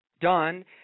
done